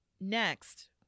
next